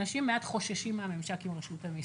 אנשים חוששים מעט מהממשק עם רשות המס.